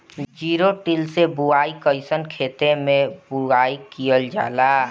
Zero till से बुआई कयिसन खेते मै बुआई कयिल जाला?